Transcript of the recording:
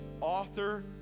author